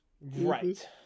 Right